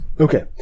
Okay